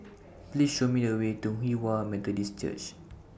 Please Show Me The Way to Hinghwa Methodist Church